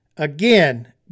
Again